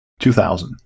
2000